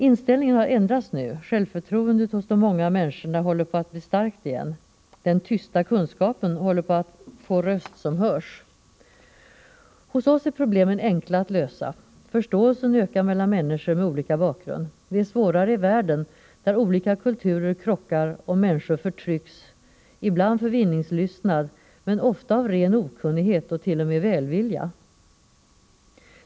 Inställningen har ändrats nu. Självförtroendet hos de många människorna håller på att bli starkt igen. ”Den tysta kunskapen” håller på att få röst som hörs. Hos oss är problemen enkla att lösa. Förståelsen ökar mellan människor med olika bakgrund. Det är svårare ute i världen, där olika kulturer krockar och människor förtrycks, ibland för vinningslystnad, men ofta av ren okunnighet och t.o.m. välvilja.